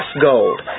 gold